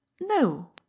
no